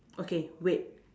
okay wait